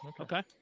Okay